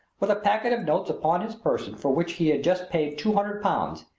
with a packet of notes upon his person for which he had just paid two hundred pounds,